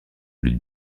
lutte